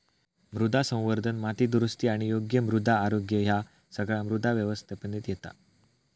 मृदा संवर्धन, माती दुरुस्ती आणि योग्य मृदा आरोग्य ह्या सगळा मृदा व्यवस्थापनेत येता